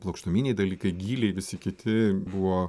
plokštuminiai dalykai gyliai visi kiti buvo